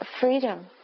freedom